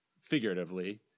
figuratively